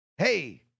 Hey